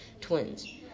twins